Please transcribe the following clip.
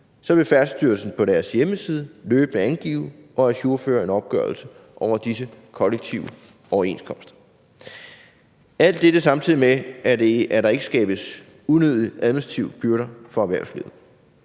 så vil Færdselsstyrelsen på deres hjemmeside løbende angive og ajourføre en opgørelse over disse kollektive overenskomster – alt dette, samtidig med at der ikke skabes unødige administrative byrder for erhvervslivet.